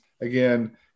again